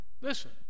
listen